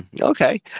okay